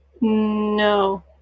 No